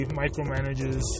micromanages